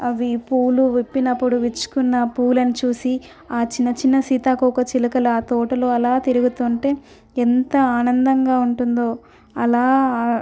అవి పూలు విప్పినప్పుడు విచ్చుకున్న పూలను చూసి ఆ చిన్న చిన్న సీతాకోకచిలుకల ఆ తోటలో అలా తిరుగుతుంటే ఎంత ఆనందంగా ఉంటుందో అలా